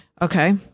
Okay